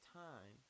time